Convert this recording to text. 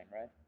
right